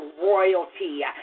royalty